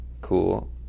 cool